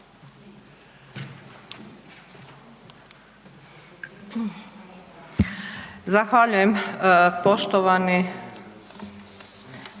Zahvaljujem poštovani,